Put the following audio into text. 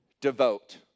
devote